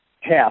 half